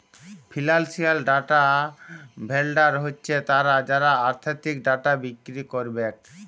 financial data vendor হছে তারা যারা আথ্থিক ডাটা বিক্কিরি ক্যারবেক